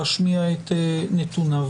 להשמיע את נתוניו.